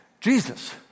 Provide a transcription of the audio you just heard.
Jesus